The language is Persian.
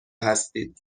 هستید